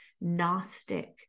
gnostic